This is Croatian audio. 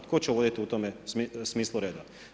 Tko će uvoditi u tom smislu reda?